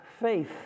faith